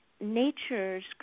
nature's